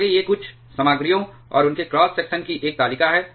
आगे ये कुछ सामग्रियों और उनके क्रॉस सेक्शन की एक तालिका है